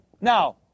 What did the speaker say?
Now